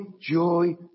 joy